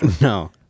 No